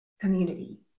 community